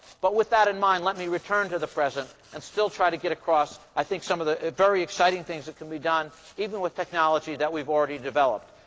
but with that in mind, let me return to the present and still try to get across, i think, some of the very exciting things that can be done even with technology that we've already developed.